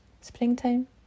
Springtime